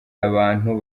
abantu